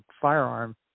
firearm